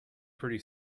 pretty